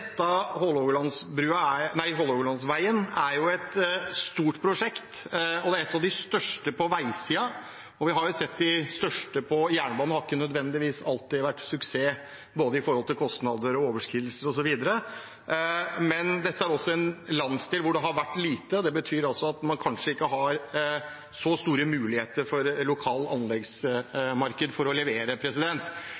er et stort prosjekt, og det er et av de største på veisiden. Vi har sett at de største på jernbanen ikke nødvendigvis alltid har vært en suksess med tanke på kostnader, overskridelser osv. Dette er også en landsdel hvor det har vært lite, og det betyr at det kanskje ikke er så store muligheter for